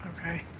Okay